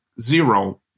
zero